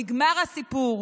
נגמר הסיפור,